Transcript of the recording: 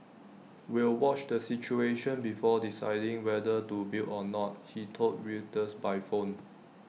we'll watch the situation before deciding whether to build or not he told Reuters by phone